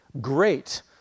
great